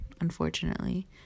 unfortunately